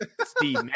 steve